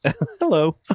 hello